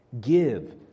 Give